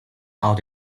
out